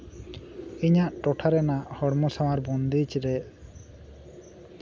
ᱤᱧᱟᱹᱜ ᱴᱚᱴᱷᱟ ᱨᱮᱭᱟᱜ ᱦᱚᱲᱢᱚ ᱥᱟᱶᱟᱨ ᱵᱚᱱᱫᱮᱡᱨᱮ